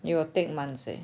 you will take months eh